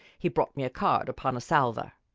he brought me a card upon a salver.